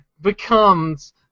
becomes